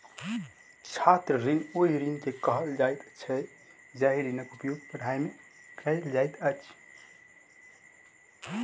छात्र ऋण ओहि ऋण के कहल जाइत छै जाहि ऋणक उपयोग पढ़ाइ मे कयल जाइत अछि